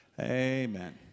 amen